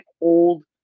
old